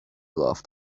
loved